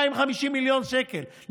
250 מיליון שקלים.